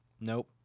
Nope